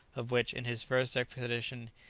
of which, in his first expedition,